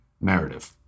narrative